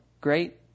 great